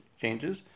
changes